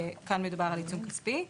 וכאן מדובר על עיצום כספי.